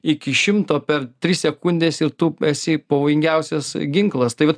iki šimto per tris sekundes ir tu esi pavojingiausias ginklas tai vat